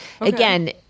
again